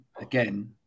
again